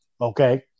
Okay